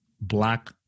black